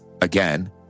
again